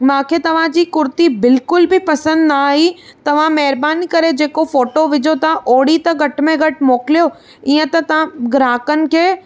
मूंखे तव्हांजी कुर्ती बिल्कुल बि पसंदि न आई तव्हां महिरबानी करे जेको फोटो विझो था ओड़ी त घटि में घटि मोकिलियो ईअं त तव्हां ग्राहकनि खे